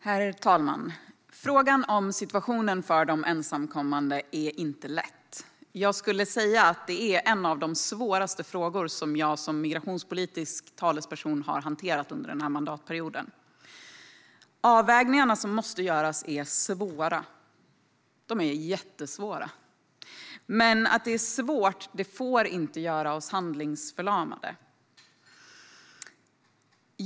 Herr talman! Frågan om situationen för de ensamkommande är inte lätt. Jag skulle säga att det är en av de svåraste frågor som jag som migrationspolitisk talesperson har hanterat under denna mandatperiod. De avvägningar som måste göras är svåra. De är jättesvåra. Men att det är svårt får inte göra oss handlingsförlamade.